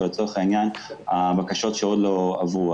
או לצורך העניין הבקשות שעוד לא עברו,